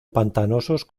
pantanosos